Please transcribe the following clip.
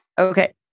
Okay